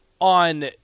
on